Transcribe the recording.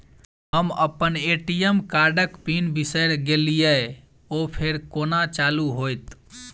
हम अप्पन ए.टी.एम कार्डक पिन बिसैर गेलियै ओ फेर कोना चालु होइत?